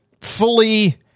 fully